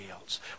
else